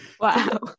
Wow